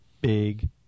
big